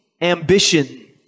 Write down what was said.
ambition